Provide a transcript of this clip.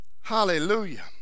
Hallelujah